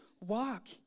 walk